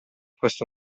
questo